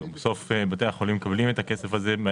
בתי החולים מקבלים את הכסף הזה.